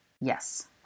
Yes